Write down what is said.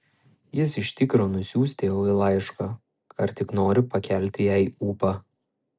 jis iš tikro nusiųs tėvui laišką ar tik nori pakelti jai ūpą